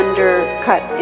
Undercut